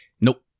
nope